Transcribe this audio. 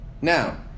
Now